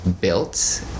built